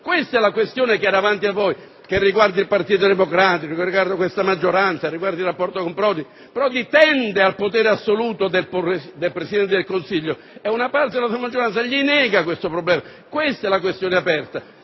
Governo. La questione che è davanti a voi riguarda il Partito democratico, riguarda questa maggioranza e il rapporto con Prodi. Prodi tende al potere assoluto del Presidente del Consiglio, mentre una parte della sua maggioranza glielo nega. Questa è la questione aperta,